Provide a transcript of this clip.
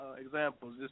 examples